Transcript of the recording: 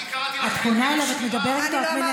את רוצה, שב, תשמע את התשובה.